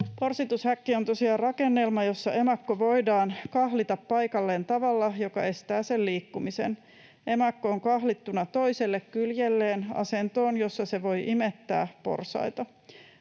Porsitushäkki on tosiaan rakennelma, jossa emakko voidaan kahlita paikalleen tavalla, joka estää sen liikkumisen. Emakko on kahlittuna toiselle kyljelleen asentoon, jossa se voi imettää porsaita.